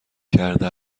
کرده